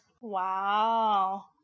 Wow